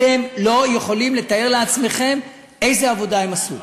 אתם לא יכולים לתאר לעצמכם איזו עבודה הם עשו,